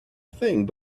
thing